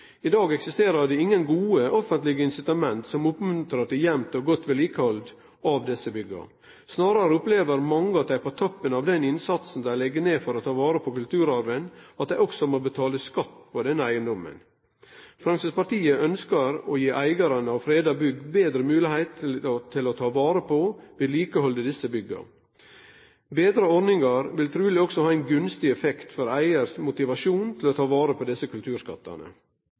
I dag eksisterer det ingen gode offentlege incitament som oppmuntrar til jamt og godt vedlikehald av desse bygga. Snarare opplever mange at dei på toppen av den innsatsen dei legg ned for å ta vare på kulturarven, også må betale skatt på denne eigedommen. Framstegspartiet ønskjer å gi eigarane av freda bygg betre moglegheit til å ta vare på og vedlikehalde desse bygga. Betre ordningar vil truleg også ha ein gunstig effekt for eigarens motivasjon til å ta vare på desse kulturskattane.